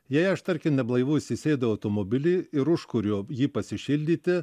jei aš tarkim neblaivus įsėdau į automobilį ir užkuriu jį pasišildyti